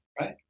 right